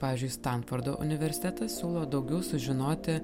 pavyzdžiui stamfordo universitetas siūlo daugiau sužinoti